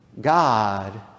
God